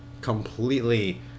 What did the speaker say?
completely